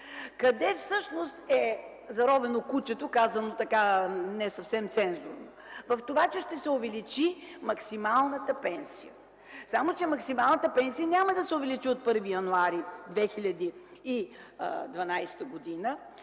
Къде всъщност е заровено кучето, казано не съвсем цензурно? В това, че ще се увеличи максималната пенсия. Само че максималната пенсия няма да се увеличи от 1 януари 2012 г., а